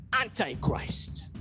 antichrist